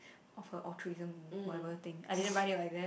of her altruism whatever thing I didn't write it like that